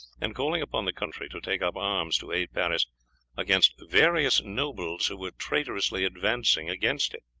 and calling upon the country to take up arms to aid paris against various nobles who were traitorously advancing against it.